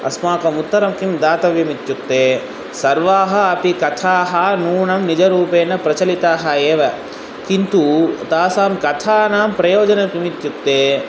अस्माकम् उत्तरं किं दातव्यम् इत्युक्ते सर्वाः अपि कथाः नूनं निजरूपेण प्रचलिताः एव किन्तु तासां कथानां प्रयोजनं किम् इत्युक्ते